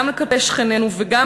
גם כלפי שכנינו וגם,